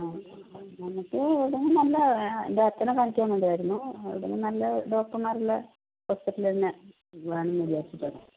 ആ നമുക്ക് ഏതെങ്കിലും നല്ല എൻറ്റെ അച്ഛനെ കാണിക്കാൻ വേണ്ടി ആയിരുന്നു ഏതെങ്കിലും നല്ല ഡോക്ടർമാരുള്ള ഹോസ്പിറ്റല് തന്നെ വേണംന്ന് വിചാരിച്ചിട്ടായിരുന്നു